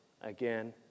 Again